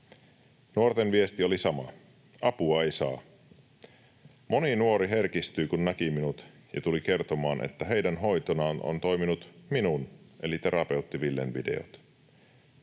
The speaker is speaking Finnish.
Nuorten viesti oli sama: apua ei saa. Moni nuori herkistyi, kun näki minut, ja tuli kertomaan, että heidän hoitonaan on toiminut minun eli Terapeutti-Villen videot.